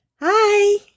Hi